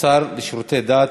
השר לשירותי דת